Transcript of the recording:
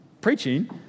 preaching